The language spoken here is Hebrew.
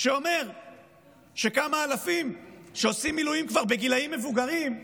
שאומר שכמה אלפים שעושים מילואים כבר בגילים מבוגרים,